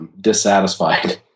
dissatisfied